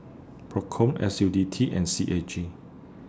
PROCOM S U T D and C A G